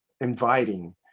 Inviting